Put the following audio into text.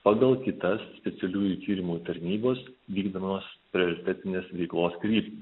pagal kitas specialiųjų tyrimų tarnybos vykdydamos prioritetinės veiklos kryptį